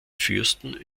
fürsten